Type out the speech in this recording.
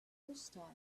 hostile